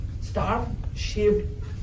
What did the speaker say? star-shaped